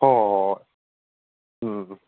ꯍꯣꯏ ꯍꯣꯏ ꯍꯣꯏ ꯍꯣꯏ ꯎꯝ ꯎꯝ ꯎꯝ